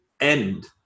end